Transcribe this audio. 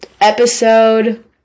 episode